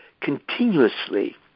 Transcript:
continuously